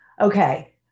Okay